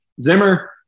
Zimmer